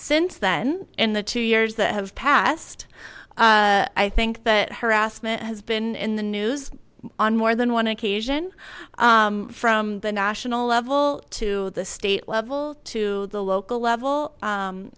since then in the two years that have passed i think that harassment has been in the news on more than one occasion from the national level to the state level to the local level